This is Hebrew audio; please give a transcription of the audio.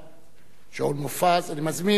אני מזמין את המשנה לראש הממשלה,